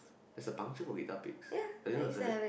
that's a puncture for guitar picks I didn't know such a